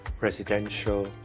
residential